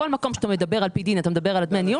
בכל מקום שאתה מדבר על פי דין על דמי ניהול,